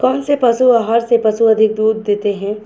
कौनसे पशु आहार से पशु अधिक दूध देते हैं?